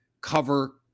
cover